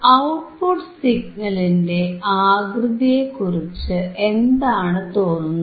output സിഗ്നലിന്റെ ആകൃതിയെക്കുറിച്ച് എന്താണ് തോന്നുന്നത്